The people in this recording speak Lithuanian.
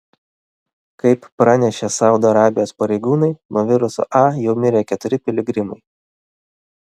kaip pranešė saudo arabijos pareigūnai nuo viruso a jau mirė keturi piligrimai